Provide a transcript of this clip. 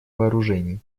вооружений